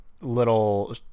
little